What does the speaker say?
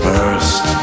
First